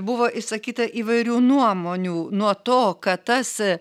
buvo išsakyta įvairių nuomonių nuo to kad tas